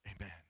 Amen